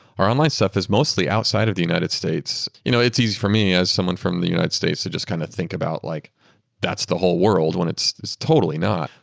our online stuff is mostly outside of the united states you know it's easy for me as someone from the united states to just kind of think about like that's the whole world when it's it's totally not.